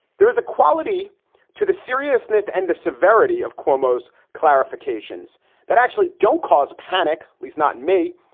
there is a quality to the seriousness and the severity of cuomo's clarifications that actually don't cause panic, least not and me,